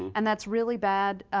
and that's really bad,